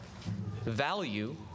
value